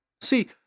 See